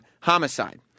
homicide